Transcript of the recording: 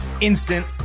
instant